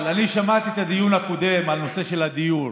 אני שמעתי את הדיון הקודם בנושא של הדיור,